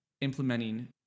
implementing